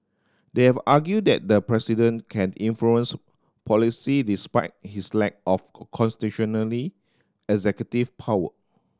they have argue that the president can influence policy despite his lack of constitutionally executive power